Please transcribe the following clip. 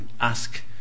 ask